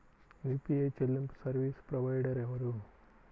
UPI చెల్లింపు service provider ఎవరు?